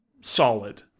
solid